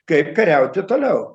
kaip kariauti toliau